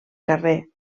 carrer